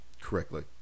Correctly